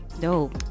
Dope